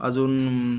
अजून